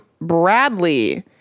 Bradley